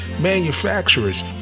manufacturers